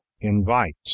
invite